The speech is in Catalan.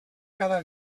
cada